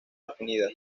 definidas